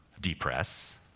depress